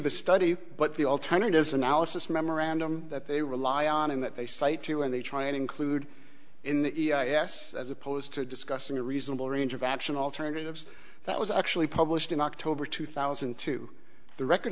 the study but the alternatives analysis memorandum that they rely on in that they cite when they try and include in the ass as opposed to discussing a reasonable range of action alternatives that was actually published in october two thousand and two the record